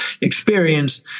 experience